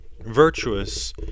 virtuous